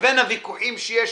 לבין הוויכוחים שיש